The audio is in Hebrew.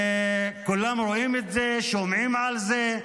כולם רואים את זה ושומעים על זה,